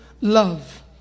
love